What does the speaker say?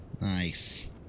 Nice